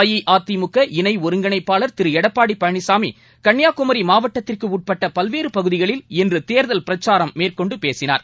அஇஅதிமுக இணை ஒருங்கிணைப்பாளர் திரு எடப்பாடி பழனிசாமி கன்னியாகுமரி மாவட்டத்திற்குட்பட்ட பல்வேறு பகுதிகளில் இன்று தேர்தல் பிரச்சாரம் மேற்கொண்டு பேசினார்